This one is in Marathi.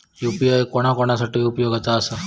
यू.पी.आय कोणा कोणा साठी उपयोगाचा आसा?